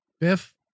Biff